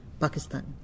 Pakistan